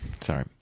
Sorry